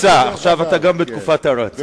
עכשיו אתה בתקופת הרצה.